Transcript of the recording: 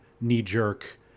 knee-jerk